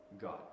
God